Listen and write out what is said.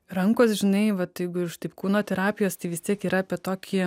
rankos žinai vat jeigu iš taip kūno terapijos tai vis tiek yra apie tokį